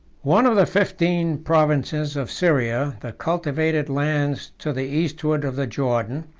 one of the fifteen provinces of syria, the cultivated lands to the eastward of the jordan,